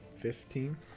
Fifteen